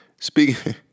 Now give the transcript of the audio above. speaking